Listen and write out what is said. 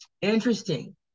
Interesting